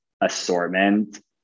assortment